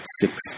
six